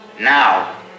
Now